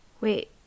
Wait